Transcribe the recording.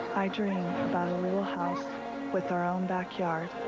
i dream about a little house with our own backyard,